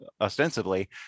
ostensibly